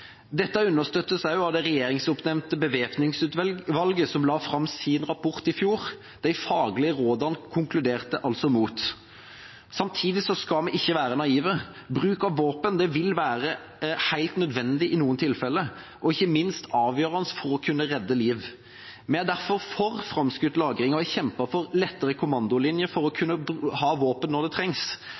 Dette understøttes også av det regjeringsoppnevnte bevæpningsutvalget, som la fram sin rapport i fjor. De faglige rådene konkluderte med å gå imot. Samtidig skal vi ikke være naive. Bruk av våpen vil være helt nødvendig i noen tilfeller – og ikke minst avgjørende for å kunne redde liv. Vi er derfor for framskutt lagring og har kjempet for lettere kommandolinjer for å kunne ha våpen når det trengs.